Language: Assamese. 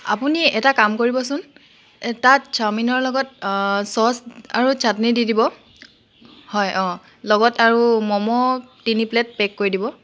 আপুনি এটা কাম কৰিবচোন তাত চাওমিনৰ লগত চচ আৰু চাটনি দি দিব হয় অঁ লগত আৰু ম'ম' তিনি প্লেট পেক কৰি দিব